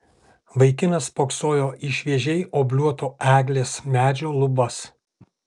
vaikinas spoksojo į šviežiai obliuoto eglės medžio lubas